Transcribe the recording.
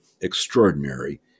extraordinary